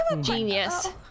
genius